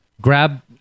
grab